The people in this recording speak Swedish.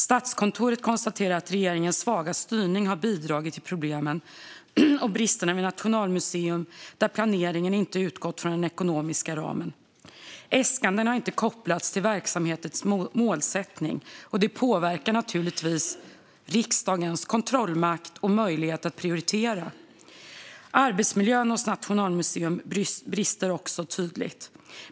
Statskontoret konstaterar att regeringens svaga styrning har bidragit till problemen och bristerna på Nationalmuseum, där planeringen inte utgått från den ekonomiska ramen. Äskanden har inte kopplats till verksamhetens målsättning. Det påverkar naturligtvis riksdagens kontrollmakt och möjlighet att prioritera. Arbetsmiljön hos Nationalmuseum brister också tydligt.